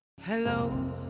hello